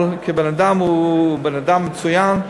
אבל כבן-אדם הוא בן-אדם מצוין,